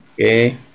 Okay